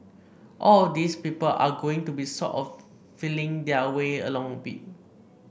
all of these people are going to be sort of feeling their way along a bit